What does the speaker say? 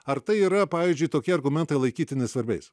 ar tai yra pavyzdžiui tokie argumentai laikytini svarbiais